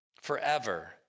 Forever